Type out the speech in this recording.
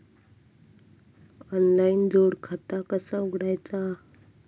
Online जोड खाता कसा उघडायचा?